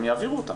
הם יעבירו אותם.